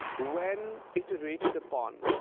when iterated upon,